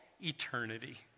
eternity